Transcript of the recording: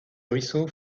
ruisseaux